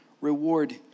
reward